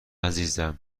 عزیزم